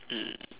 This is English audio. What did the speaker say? mm